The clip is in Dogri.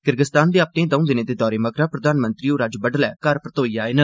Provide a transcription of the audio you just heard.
किर्गस्तान दे अपने द'ऊ दिनें दे दौरे मगरा प्रधानमंत्री होर अज्ज बडलै घर परतोई आए न